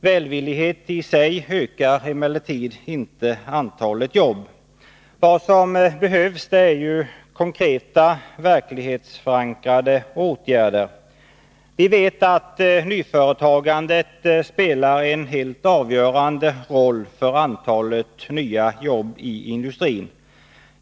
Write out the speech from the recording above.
Välvillighet i sig ökar emellertid inte antalet jobb. Vad som behövs är konkreta verklighetsförankrade åtgärder. Vi vet att nyföretagandet spelar en helt avgörande roll för antalet nya jobb i industrin.